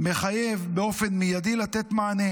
מחייב לתת מענה